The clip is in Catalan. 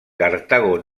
cartago